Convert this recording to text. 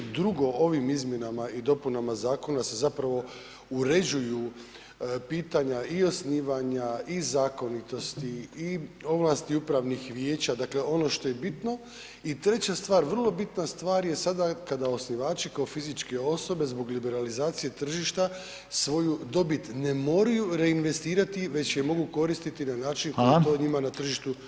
Drugo, ovim izmjenama i dopunama zakona se zapravo uređuju pitanja i osnivanja i zakonitosti i ovlasti upravnih vijeća, dakle ono što je bitno i treća stvar, vrlo bitna stvar je sada kada osnivači kao fizičke osobe zbog liberalizacije tržišta svoju dobit ne moraju reinvestirati već je mogu koristi na način koji to njima na tržištu